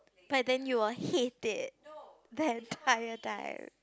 but then you will hate it the entire time